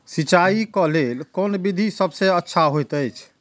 सिंचाई क लेल कोन विधि सबसँ अच्छा होयत अछि?